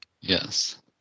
Yes